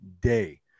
day